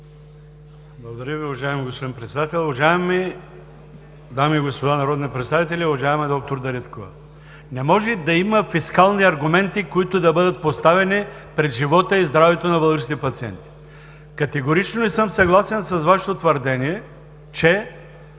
Благодаря Ви. Уважаеми господин Председател, уважаеми дами и господа народни представители! Уважаема д-р Дариткова, не може да има фискални аргументи, които да бъдат поставени пред живота и здравето на българските пациенти. Категорично не съм съгласен с Вашето твърдение, че